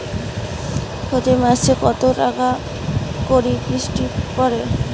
প্রতি মাসে কতো টাকা করি কিস্তি পরে?